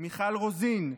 מיכל רוזין,